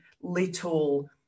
little